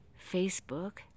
Facebook